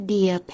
Dear